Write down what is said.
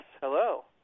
Hello